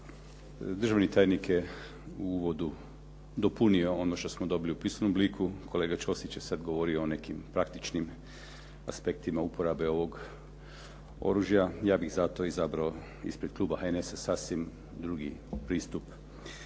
Državni tajnik je u uvodu dopunio ono što smo dobili u pismenom obliku, kolega Ćosić je sad govorio o nekim praktičnim aspektima uporabe ovog oružja. Ja bih zato izabrao ispred kluba HNS-a sasvim drugi pristup.